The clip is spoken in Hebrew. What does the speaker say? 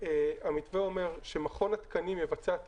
המתווה אומר שמכון התקנים יבצע את